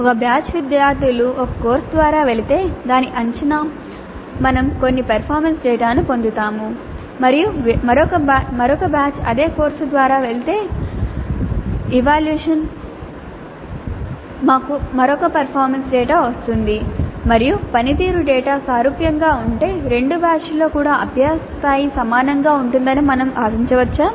ఒక బ్యాచ్ విద్యార్థులు ఒక కోర్సు ద్వారా వెళితే దాని అంచనా మేము కొన్ని performance డేటాను పొందుతాము మరియు మరొక బ్యాచ్ అదే కోర్సు ద్వారా వెళితే అంచనా మాకు మరొక performance డేటా వస్తుంది మరియు పనితీరు డేటా సారూప్యంగా ఉంటే రెండు బ్యాచ్లలో కూడా అభ్యాస స్థాయి సమానంగా ఉంటుందని మేము ఆశించవచ్చా